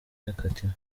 yakatiwe